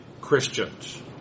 Christians